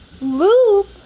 loop